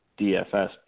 DFS